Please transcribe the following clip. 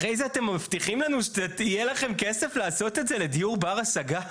אחרי זה אתם מבטיחים לנו שיהיה לכם כסף לעשות את זה לדיור בר השגה?